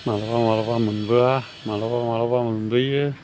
मालाबा मालाबा मोनबोया मालाबा मालाबा मोनबोयो